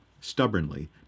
stubbornly